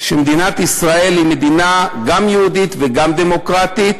שמדינת ישראל היא מדינה גם יהודית וגם דמוקרטית,